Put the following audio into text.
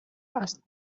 asked